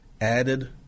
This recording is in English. added